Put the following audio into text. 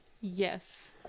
Yes